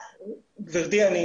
גברתי, אני